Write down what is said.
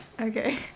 Okay